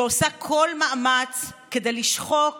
שעושה כל מאמץ לשחוק